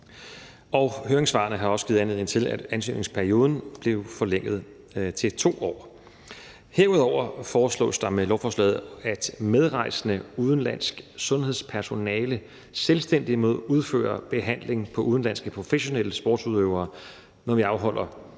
Høringssvarene har også givet anledning til, at ansøgningsperioden bliver forlænget til 2 år. Herudover foreslås det med lovforslaget, at medrejsende udenlandsk sundhedspersonale selvstændigt må udføre behandling på udenlandske professionelle sportsudøvere, når vi afholder større